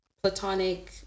Platonic